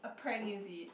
a prank is it